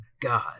God